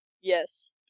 Yes